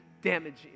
damaging